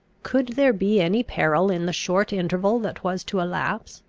could there be any peril in the short interval that was to elapse,